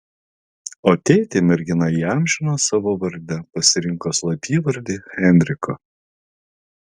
o tėtį mergina įamžino savo varde pasirinko slapyvardį henriko